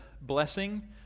blessing